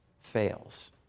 fails